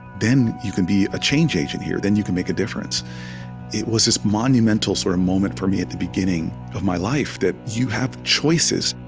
then you can be a change agent here. then you can make a difference. and it was this monumental sort of moment for me, at the beginning of my life that you have choices.